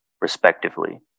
respectively